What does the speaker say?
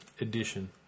edition